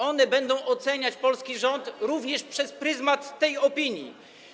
One będą oceniać polski rząd również przez pryzmat tej opinii.